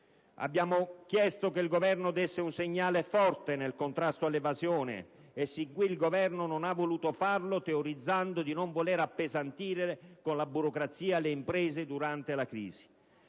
Abbiamo chiesto che il Governo desse un segnale forte nel contrasto all'evasione, e sin qui il Governo non ha voluto farlo, teorizzando di non voler appesantire con la burocrazia le imprese durante la crisi.